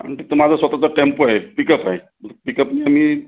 आणि तिथं माझा स्वतःचा टेम्पो आहे पिकअप आहे पिकअपनं मी